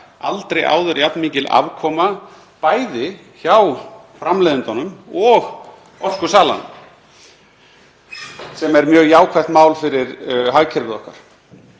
aldrei áður jafn mikil afkoma, bæði hjá framleiðendunum og orkusala sem er mjög jákvætt mál fyrir hagkerfið okkar.